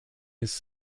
his